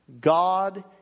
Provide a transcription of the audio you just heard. God